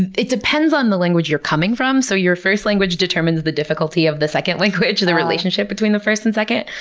and it depends on the language you're coming from. so your first language determines the difficulty of the second language and the relationship between the first and second.